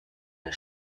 der